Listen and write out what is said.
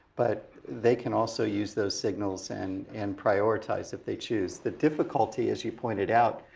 but they can also use those signals and and prioritize, if they choose. the difficulty, as you pointed out,